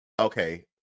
okay